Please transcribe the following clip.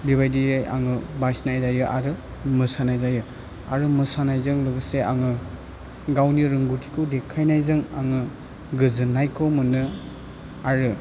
बे बायदियै आङो बासिनाय जायो आरो मोसानाय जायो आरो मोसानाय जों लोगोसे आङो गावनि रोंगौथिखौ देखायनायजों आङो गोजोननायखौ मोनो आरो